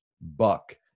Buck